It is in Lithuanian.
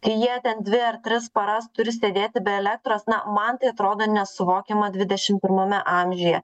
kai jie ten dvi ar tris paras turi sėdėti be elektros na man tai atrodo nesuvokiama dvidešim pirmame amžiuje